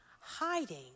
hiding